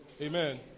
Amen